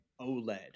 OLED